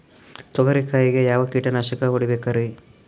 ತೊಗರಿ ಕಾಯಿಗೆ ಯಾವ ಕೀಟನಾಶಕ ಹೊಡಿಬೇಕರಿ?